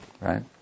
right